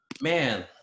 man